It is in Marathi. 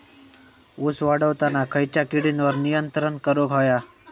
ऊस वाढताना खयच्या किडींवर नियंत्रण करुक व्हया?